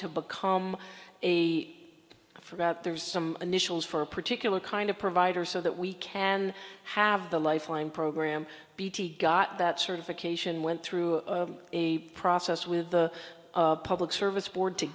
about there's some initials for a particular kind of provider so that we can have the life line program got that certification went through a process with the public service board to